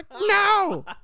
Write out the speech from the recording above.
No